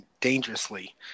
dangerously